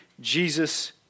Jesus